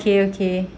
okay okay